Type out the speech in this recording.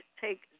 take